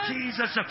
Jesus